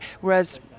Whereas